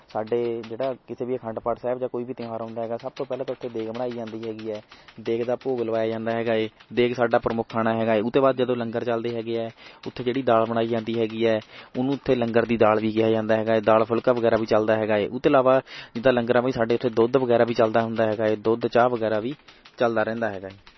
ਸਾਡੇ ਜਿਹੜਾ ਕਿਤੇ ਵੀ ਅਖੰਡ ਪਾਠ ਸਾਹਿਬ ਜਾਂ ਕੋਈ ਵੀ ਤਿਉਹਾਰ ਆਉਂਦਾ ਹੈਗਾ ਸਭ ਤੋਂ ਪਹਿਲਾਂ ਤਾਂ ਉੱਥੇ ਦੇਗ ਬਣਾਈ ਜਾਂਦੀ ਹੈ ਗਈ ਹੈ ਦੇਗ ਦਾ ਭੋਗ ਲਵਾਇਆ ਜਾਂਦਾ ਹੈਗਾ ਏ ਦੇਗ ਸਾਡਾ ਪ੍ਰਮੁੱਖ ਖਾਣਾ ਹੈਗਾ ਏ ਉਹ ਤੋਂ ਬਾਅਦ ਜਦੋਂ ਲੰਗਰ ਚੱਲਦੇ ਹੈਗੇ ਹੈ ਉੱਥੇ ਜਿਹੜੀ ਦਾਲ ਬਣਾਈ ਜਾਂਦੀ ਹੈਗੀ ਹੈ ਉਹਨੂੰ ਉੱਥੇ ਲੰਗਰ ਦੀ ਦਾਲ ਵੀ ਕਿਹਾ ਜਾਂਦਾ ਹੈਗਾ ਹੈ ਦਾਲ ਫੁਲਕਾ ਵਗੈਰਾ ਵੀ ਚੱਲਦਾ ਹੈਗਾ ਏ ਉਹ ਤੋਂ ਇਲਾਵਾ ਜਿਦਾਂ ਲੰਗਰਾਂ ਵਿੱਚ ਸਾਡੇ ਉੱਥੇ ਦੁੱਧ ਵਗੈਰਾ ਵੀ ਚੱਲਦਾ ਹੁੰਦਾ ਹੈਗਾ ਏ ਦੁੱਧ ਚਾਹ ਵਗੈਰਾ ਵੀ ਚੱਲਦਾ ਰਹਿੰਦਾ ਹੈਗਾ ਏ